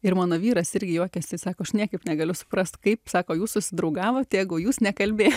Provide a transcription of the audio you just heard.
ir mano vyras irgi juokiasi sako aš niekaip negaliu suprasti kaip sako jūs susidraugavot jeigu jūs nekalbėjot